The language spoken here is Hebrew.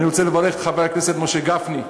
אני רוצה לברך את חבר הכנסת הרב משה גפני.